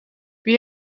wie